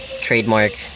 trademark